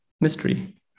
mystery